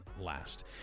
last